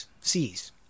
seas